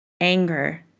anger